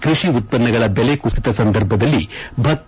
ಕೃಷಿ ಉತ್ಪನ್ನಗಳ ದೆಲೆ ಕುಸಿತ ಸಂದರ್ಭದಲ್ಲಿ ಭತ್ತ